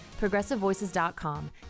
ProgressiveVoices.com